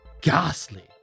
Ghastly